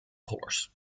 colors